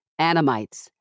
Anamites